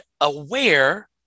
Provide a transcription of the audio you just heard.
aware